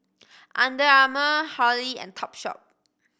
Under Armour Hurley and Topshop